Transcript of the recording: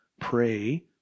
pray